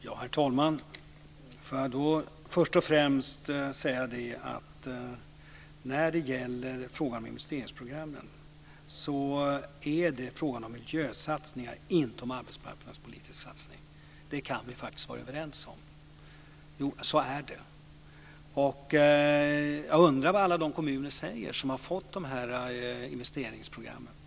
Herr talman! Först och främst vill jag säga att det när det gäller investeringsprogrammen är fråga om miljösatsningar, inte arbetsmarknadspolitiska satsningar. Det kan vi faktiskt överens om. Så är det. Jag undrar vad alla de kommuner säger som har fått sådana här investeringsprogram.